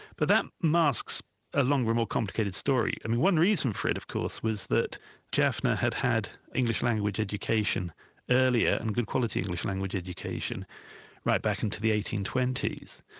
but that masks a longer, more complicated story. and one reason for it, of course, was that jafna had had english language education earlier and good quality english language education right back into the eighteen twenty s.